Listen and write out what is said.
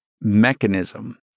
mechanism